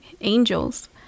angels